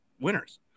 winners